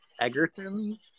Egerton